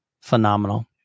phenomenal